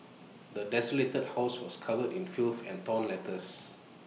the desolated house was covered in filth and torn letters